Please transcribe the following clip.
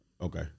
Okay